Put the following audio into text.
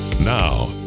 Now